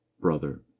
brother